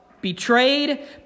betrayed